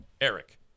Eric